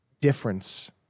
difference